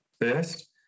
first